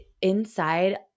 inside